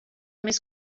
més